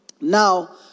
Now